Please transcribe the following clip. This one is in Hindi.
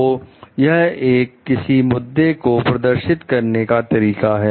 तो यह एक किसी मुद्दे को प्रदर्शित करने का तरीका है